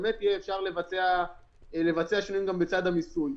אפשר יהיה לבצע שינויים גם בצד המיסוי.